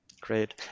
Great